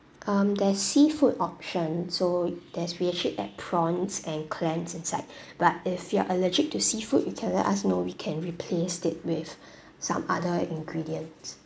um there is seafood option so there's we actually add prawns and clamps inside but if you're allergic to seafood you can let us know we can replace it with some other ingredients